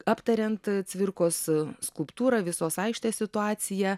aptariant cvirkos skulptūrą visos aikštės situaciją